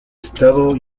estado